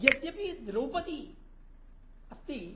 यद्यपि द्रौपदी अस्ति